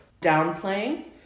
downplaying